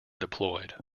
deployed